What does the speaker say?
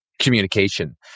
communication